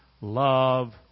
love